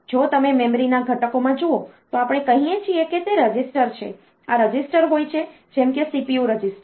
જો તમે મેમરીના ઘટકોમાં જુઓ તો આપણે કહીએ છીએ કે તે રજીસ્ટર છે આ રજિસ્ટર હોય છે જેમ કે CPU રજિસ્ટર